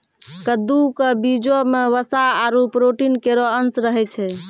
कद्दू क बीजो म वसा आरु प्रोटीन केरो अंश रहै छै